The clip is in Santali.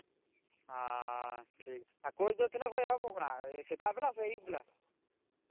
ᱦᱮᱸ ᱴᱷᱤᱠ ᱠᱳᱪ ᱫᱚ ᱛᱤᱱᱟᱹᱜ ᱠᱷᱚᱱ ᱮᱦᱚᱵᱚᱜ ᱠᱟᱱᱟ ᱥᱮᱛᱟᱜ ᱵᱮᱞᱟ ᱥᱮ ᱟᱹᱭᱩᱵ ᱵᱮᱞᱟ